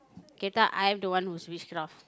I'm the one whose witchcraft